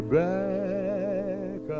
back